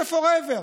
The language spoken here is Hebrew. זה forever.